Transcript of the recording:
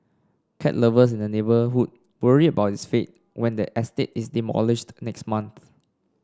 cat lovers in the neighbourhood worry about its fate when the estate is demolished next month